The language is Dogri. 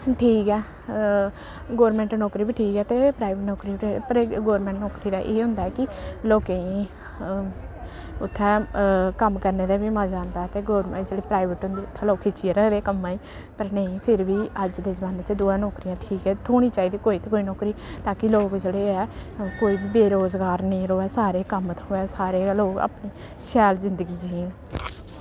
ठीक ऐ गौरमैंट नौकरी बी ठीक ऐ ते प्राइवेट नौकरी ते पर एह् गौरमैंट नौकरी दा एह् होंदा ऐ कि लोकें गी उत्थै कम्म करने दे बी मजा औंदा ऐ ते जेह्ड़ी प्राइवेट होंदी उत्थै लोक खिच्चियै रखदे कम्मै गी पर नेईं फिर बी अज्ज दे जमान्ने च दोऐ नौकरियां ठीक ऐ थ्होनी चाहिदी कोई ते कोई नौकरी ताकि लोक जेह्ड़े ऐ कोई बी बेरोजगार नेईं र'वै सारें गी कम्म थ्होऐ सारे गै लोक अपनी शैल जिंदगी जीन